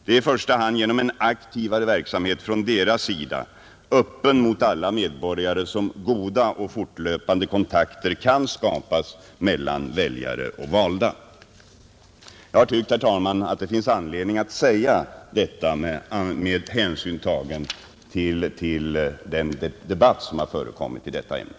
Det är i första hand genom en aktivare verksamhet från deras sida, öppen för alla medborgare, som goda och fortlöpande kontakter kan skapas mellan väljare och valda. Jag har tyckt, herr talman, att det finns anledning att säga detta med hänsyn tagen till den debatt som har förekommit i detta ämne.